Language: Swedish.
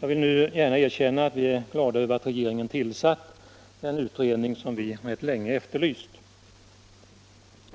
Jag vill nu gärna erkänna att vi är glada över att regeringen tillsatt den utredning som vi länge efterlyst.